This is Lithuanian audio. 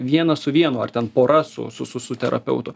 vienas su vienu ar ten pora su su su su terapeutu